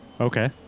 Okay